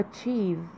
achieve